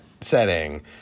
setting